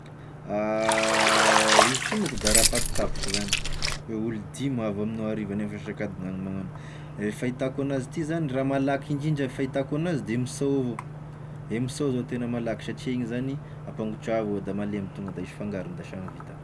Izy ty monko da raha tampotampoky zany, hoe olo dimy ho avy amignao hariva nefa asasakadigny gn'hanomagnanao, e fahitako an'azy ty zany, raha malaky indrindra e fahitako an'azy de misao avao, e misao zao tena malaky satria igny zany ampangotra avao da malemy tonga da ahisy fangarony da samy vita.